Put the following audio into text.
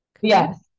Yes